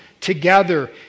together